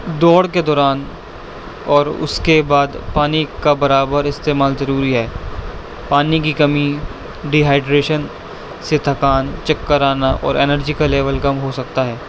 دوڑ کے دوران اور اس کے بعد پانی کا برابر استعمال ضروری ہے پانی کی کمی ڈیہائیڈریشن سے تھکان چکر آنا اور انرجی کا لیول کم ہو سکتا ہے